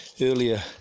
earlier